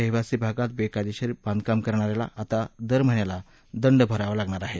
रहिवाशी भागात बेकायदेशीर बांधकाम करणाऱ्याला आता दर महिन्याला दंड भरावा लागणार आहे